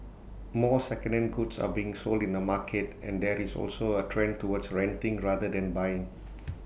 more secondhand goods are being sold in the market and there is also A trend towards renting rather than buying